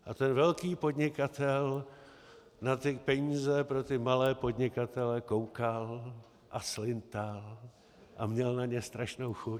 A ten velký podnikatel na ty peníze pro ty malé podnikatele koukal a slintal a měl na ně strašnou chuť.